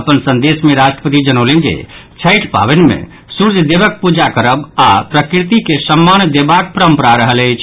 अपन संदेश मे राष्ट्रपति जनौलनि जे छठि पावनि मे सूर्य देवक पूजा करब आओर प्रकृति मायक के सम्मान देबाक परंपरा रहल अछि